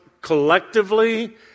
collectively